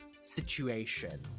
situation